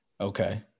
Okay